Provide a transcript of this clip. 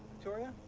victoria,